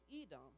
Edom